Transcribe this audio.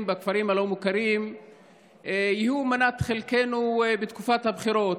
בכפרים הלא-מוכרים תהיה מנת חלקנו בתקופת הבחירות.